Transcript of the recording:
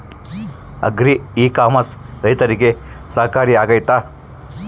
Agri e commerce ರೈತರಿಗೆ ಸಹಕಾರಿ ಆಗ್ತೈತಾ?